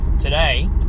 today